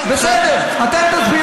בסדר, זה לוקח זמן.